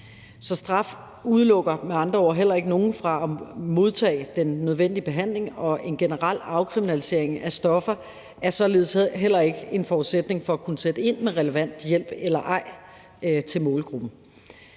Så straf udelukker med andre ord heller ikke nogen fra at modtage den nødvendige behandling. En generel afkriminalisering af stoffer er således heller ikke en forudsætning for at kunne sætte ind med relevant hjælp til målgruppen.